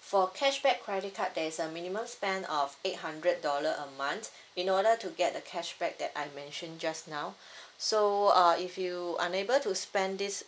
for cashback credit card there is a minimum spend of eight hundred dollar a month in order to get the cashback that I mentioned just now so uh if you unable to spend this